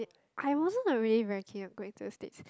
I wasn't a really very keen of going to the States